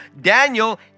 Daniel